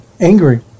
angry